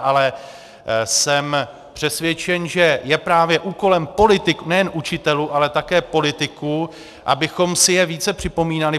Ale jsem přesvědčen, že je právě úkolem politiků, nejen učitelů, ale také politiků, abychom si je více připomínali.